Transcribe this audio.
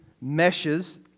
meshes